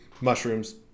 mushrooms